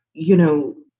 you know,